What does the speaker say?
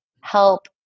help